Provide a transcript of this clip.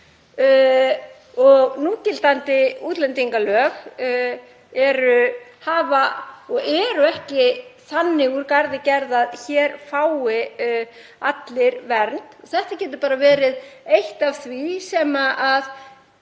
Núgildandi útlendingalög eru ekki þannig úr garði gerð að hér fái allir vernd. Þetta getur bara verið eitt af því sem